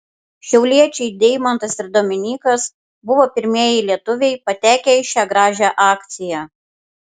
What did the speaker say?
šiauliečiai deimantas ir dominykas buvo pirmieji lietuviai patekę į šią gražią akciją